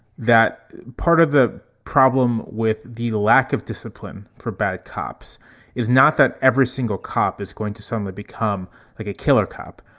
that part of the problem with the lack of discipline for bad cops is not that every single cop is going to suddenly become like a killer cop,